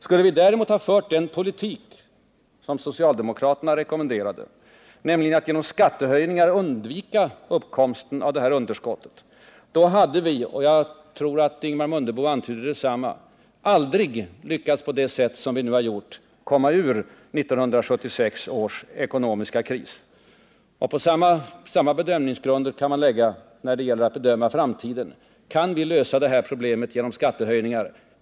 Skulle vi däremot ha fört den politik som socialdemokraterna rekommenderade, nämligen att genom skattehöjningar undvika uppkomsten av underskottet, hade vi — och jag tror att Ingemar Mundebo antydde detsamma — aldrig lyckats att på det sätt som vi nu har gjort komma ur 1976 års ekonomiska kris. Samma bedömningsgrunder kan man lägga när det gäller framtiden. Kan vi lösa det här problemet genom skattehöjningar?